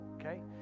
okay